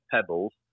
pebbles